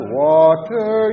water